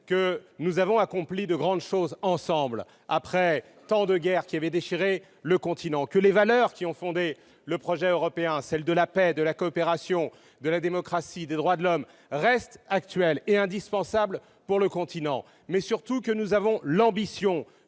que nous avons accompli de grandes choses ensemble, après tant de guerres qui avaient déchiré le continent, que les valeurs qui ont fondé le projet européen, c'est-à-dire la paix, la coopération, la démocratie, les droits de l'homme, restent actuelles et indispensables pour le continent. Il faudra surtout réaffirmer que nous avons l'ambition